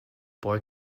boy